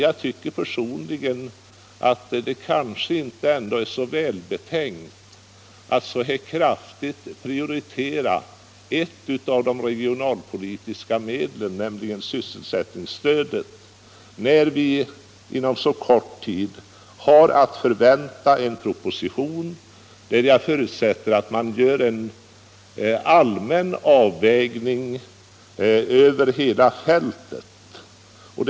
Jag tycker personligen att det inte är alldeles välbetänkt att så kraftigt prioritera ett av de regionalpolitiska medlen, nämligen sysselsättningsstödet, när vi inom så kort tid har att förvänta en proposition, där jag förutsätter att man gör en allmän avvägning över hela fältet.